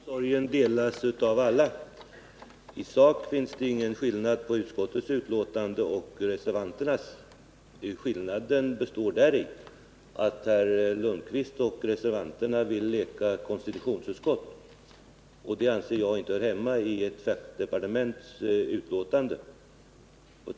Herr talman! Den omsorgen har vi alla. I sak finns det ingen skillnad mellan utskottets betänkande och reservationen. Skillnaden består i att herr Lundkvist och övriga reservanter vill leka konstitutionsutskott, och sådant anser jag inte hör hemma i ett fackutskotts betänkande.